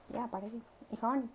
ya படகு:padaku if I want